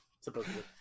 supposedly